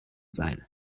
sein